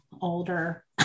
older